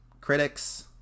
critics